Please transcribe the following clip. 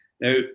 Now